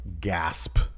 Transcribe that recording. gasp